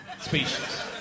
Species